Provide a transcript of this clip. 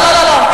לא, לא, לא, לא.